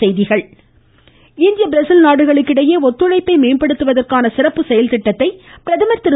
பிரகம் இந்திய பிரேசில் நாடுகளுக்கு இடையே ஒத்துழைப்பை மேம்படுத்துவதற்கான சிறப்பு செயல்திட்டத்தை பிரதமர் திரு